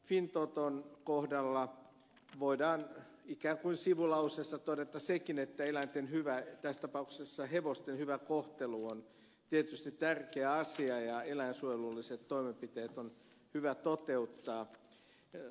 fintoton kohdalla voidaan ikään kuin sivulauseessa todeta sekin että eläinten tässä tapauksessa hevosten hyvä kohtelu on tietysti tärkeä asia ja eläinsuojelulliset toimenpiteet on hyvä toteuttaa